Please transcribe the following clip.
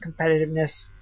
competitiveness